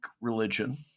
religion